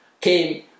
came